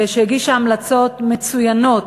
שהגישה המלצות מצוינות.